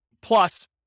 plus